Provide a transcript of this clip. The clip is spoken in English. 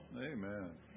Amen